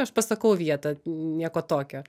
aš pasakau vietą nieko tokio